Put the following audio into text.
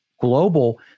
global